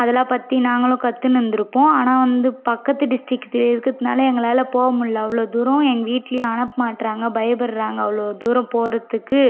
அதல்லாம் பாத்து நாங்களும் கத்து இருந்திருப்போம் ஆனால் வந்து பக்கத்து டிஸ்ட்ரிக்கில் இருக்கிறதினால எங்களால் போக முடில அவ்வளோ தூரம் எங்கள் வீட்லேயும் அனுப்பமாட்றாங்க பயப்பட்றாங்க அவ்வளோ தூரம் போகிறதுக்கு